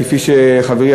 כפי שחברי,